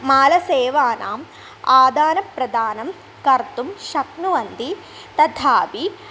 मालसेवानाम् आदानप्रदानं कर्तुं शक्नुवन्ति तथापि